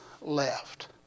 left